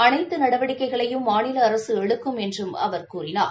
அனைத்துநடவடிக்கைகளையும் மாநிலஅரசுஎடுக்கும் என்றும் அவர் கூறினார்